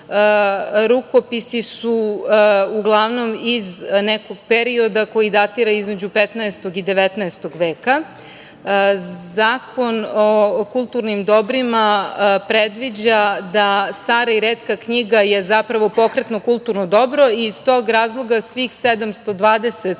Rukopisi su uglavnom iz nekog perioda koji datira između 15. i 19. veka. Zakon o kulturnim dobrima predviđa da stara i retka knjiga je zapravo pokretno kulturno dobro i iz tog razloga svih 720 knjiga